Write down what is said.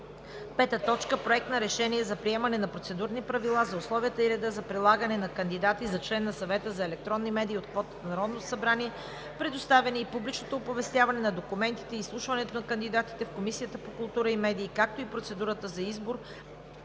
2019 г. 5. Проект на решение за приемане на Процедурни правила за условията и реда за предлагане на кандидати за член на Съвета за електронни медии от квотата на Народното събрание, представяне и публичното оповестяване на документите и изслушването на кандидатите в Комисията по културата и медиите, както и процедурата за избор